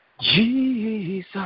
Jesus